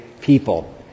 people